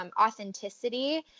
authenticity